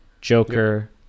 Joker